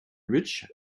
rich